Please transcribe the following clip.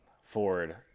Ford